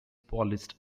polished